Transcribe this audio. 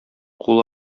кул